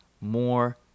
more